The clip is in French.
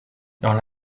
dans